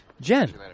Jen